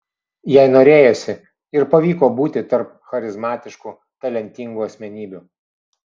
jai norėjosi ir pavyko būti tarp charizmatiškų talentingų asmenybių